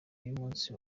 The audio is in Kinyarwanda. y’umunsi